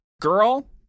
Girl